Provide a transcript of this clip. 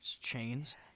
chains